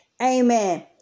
Amen